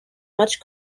much